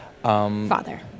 Father